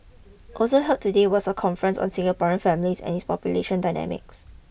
also held today was a conference on Singaporean families and its population dynamics